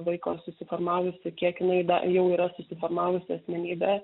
vaiko susiformavusi kiek jinai jau yra susiformavusi asmenybė